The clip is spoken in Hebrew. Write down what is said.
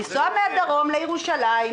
לנסוע מהדרום לירושלים,